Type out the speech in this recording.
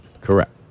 Correct